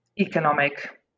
economic